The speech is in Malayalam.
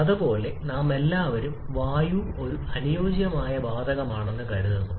അതുപോലെ നാമെല്ലാവരും വായു ഒരു അനുയോജ്യമായ വാതകമാണെന്ന് കരുതുന്നു